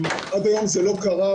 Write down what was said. עד היום זה לא קרה,